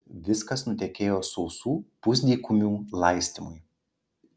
viskas nutekėjo sausų pusdykumių laistymui